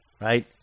right